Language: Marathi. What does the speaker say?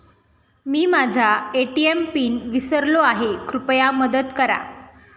मी माझा ए.टी.एम पिन विसरलो आहे, कृपया मदत करा